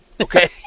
Okay